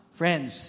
friends